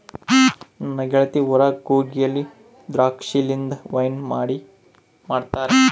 ನನ್ನ ಗೆಳತಿ ಊರಗ ಕೂರ್ಗಿನಲ್ಲಿ ದ್ರಾಕ್ಷಿಲಿಂದ ವೈನ್ ಮಾಡಿ ಮಾಡ್ತಾರ